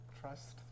trust